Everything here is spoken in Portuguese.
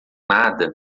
nada